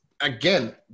again